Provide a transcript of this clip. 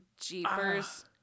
Jeepers